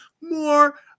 more